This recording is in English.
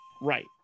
Right